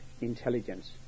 intelligence